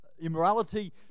immorality